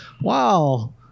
wow